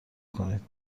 کنید